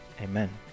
amen